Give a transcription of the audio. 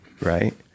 Right